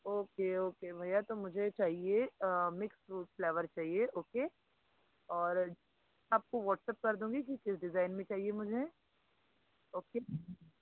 okay okay भैया तो मुझे चाहिए मिक्स फ्रूट फ्लैवर चाहिए ओके और आपको वाट्सप कर दूंगी कि किस डिज़ाइन में चाहिए मुझे ओके